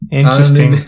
interesting